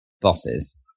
bosses